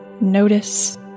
Notice